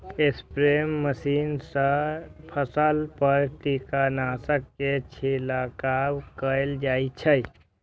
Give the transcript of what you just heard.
spray machine सं फसल पर कीटनाशक के छिड़काव कैल जाइ छै